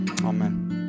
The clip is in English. Amen